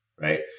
right